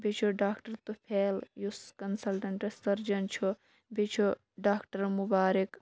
بیٚیہِ چھُ ڈاکٹر تُفیل یُس کَنسَلٹنٹ سٔرجَن چھُ بییٚہِ چھُ ڈَاکٹر مُبارِک